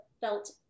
felt